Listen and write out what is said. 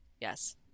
Yes